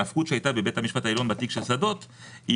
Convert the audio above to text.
הנפקות שהייתה בבית המשפט העליון בתיק של שדות היא